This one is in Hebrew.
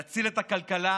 נציל את הכלכלה,